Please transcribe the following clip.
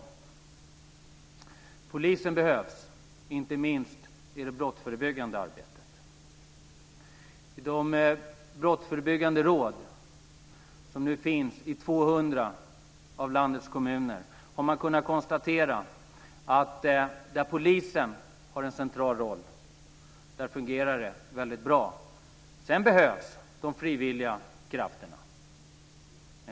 Polisen behövs, inte minst i det brottsförebyggande arbetet. I de brottsförebyggande råd som nu finns i 200 av landets kommuner har man kunnat konstatera att där polisen har en central roll fungerar det väldigt bra. Sedan behövs de frivilliga krafterna.